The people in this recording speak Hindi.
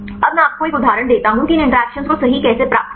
अब मैं आपको एक उदाहरण देता हूं कि इन इंटरैक्शन को सही कैसे प्राप्त करें